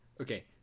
Okay